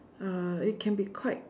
uh it can be quite